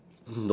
no